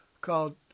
called